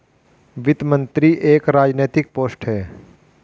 वित्त मंत्री एक राजनैतिक पोस्ट है